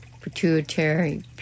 pituitary